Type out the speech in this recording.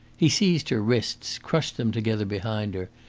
he seized her wrists, crushed them together behind her,